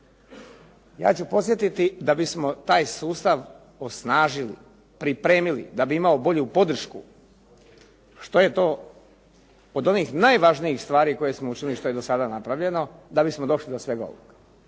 Ja ću podsjetiti da bismo taj sustav osnažili, pripremili, da bi imao bolju podršku, što je to od onih najvažnijih stvari koje smo učinili što je do sada napravljeno da bismo došli do svega ovoga.